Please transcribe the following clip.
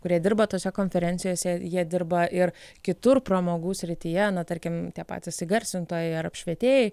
kurie dirba tose konferencijose jie dirba ir kitur pramogų srityje na tarkim tie patys įgarsintojai ar apšvietėjai